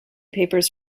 papers